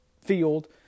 field